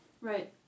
right